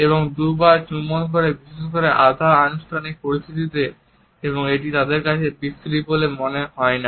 এবং দুবার চুম্বন করে বিশেষ করে আধা আনুষ্ঠানিক পরিস্থিতিতে এবং এটি তাদের কাছে বিশ্রী বলে মনে করা হয় না